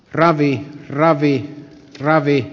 ravi ravi ravi